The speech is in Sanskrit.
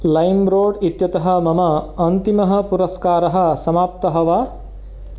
लैम् रोड् इत्यतः मम अन्तिमः पुरस्कारः समाप्तः वा